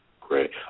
Great